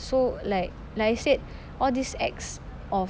so like like I said all these acts of